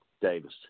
Davis